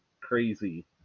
crazy